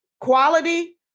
quality